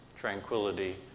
tranquility